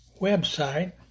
website